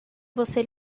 você